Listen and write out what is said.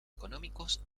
económicos